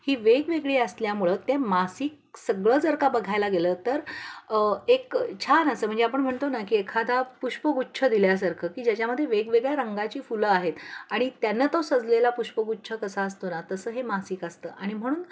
ही वेगवेगळी असल्यामुळं ते मासिक सगळं जर का बघायला गेलं तर एक छान असं म्हणजे आपण म्हणतो ना की एखादा पुष्पगुच्छ दिल्यासारखं की ज्याच्यामध्ये वेगवेगळ्या रंगाची फुलं आहेत आणि त्यांना तो सजलेला पुष्पगुच्छ कसा असतो ना तसं हे मासिक असतं आणि म्हणून